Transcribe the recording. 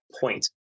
point